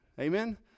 Amen